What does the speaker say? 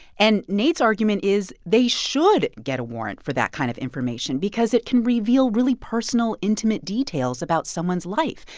and nate's argument is they should get a warrant for that kind of information because it can reveal really personal, intimate details about someone's life,